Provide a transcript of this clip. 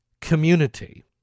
community